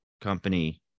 company